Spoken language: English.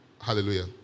Hallelujah